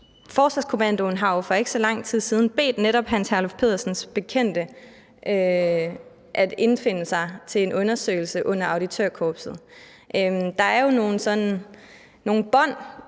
Forsvarskommandoen har jo for ikke så lang tid siden bedt netop Hans Herluf Pedersens bekendte om at indfinde sig til en undersøgelse under auditørkorpset. Der er jo nogle bånd,